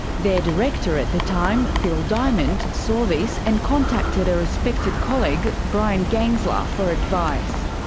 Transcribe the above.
their director at the time, phil diamond, saw this and contacted a respected colleague, bryan gaensler, for advice.